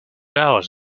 hours